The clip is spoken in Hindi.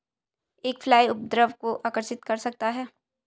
एक फ्लाई उपद्रव को आकर्षित कर सकता है?